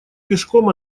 пешком